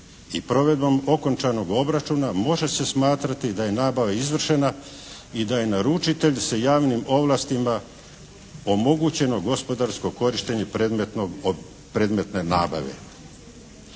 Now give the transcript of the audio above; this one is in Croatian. provedbom okončanog obračuna može se smatrati da je nabava izvršena i da je naručitelj sa javnim ovlastima omogućeno gospodarsko korištenje predmetne nabave.